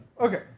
Okay